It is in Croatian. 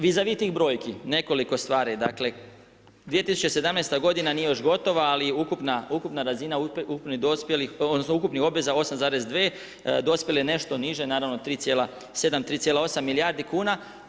Vis a vis tih brojki, nekoliko stvari, dakle, 2017. godina nije još gotova ali ukupna razina, ukupnih, dospjelih, odnosno ukupnih obveza 8,2, dospjele nešto niže, naravno 3,7, 3,8 milijardi kuna.